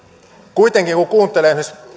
kuitenkin kun kuuntelee esimerkiksi